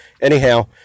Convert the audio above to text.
anyhow